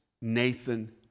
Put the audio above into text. Nathan